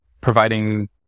providing